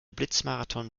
blitzmarathon